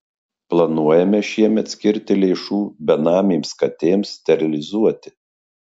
planuojame šiemet skirti lėšų benamėms katėms sterilizuoti